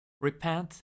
Repent